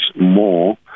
more